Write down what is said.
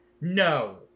No